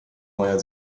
neuer